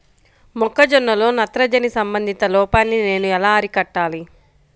మొక్క జొన్నలో నత్రజని సంబంధిత లోపాన్ని నేను ఎలా అరికట్టాలి?